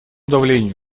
давлению